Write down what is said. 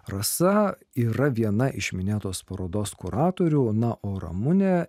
rasa yra viena iš minėtos parodos kuratorių na o ramunė